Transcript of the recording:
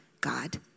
God